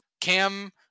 Cam